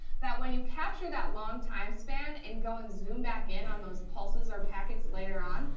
that when you capture that long time span and go and zoom back in on those pulses or packets later on,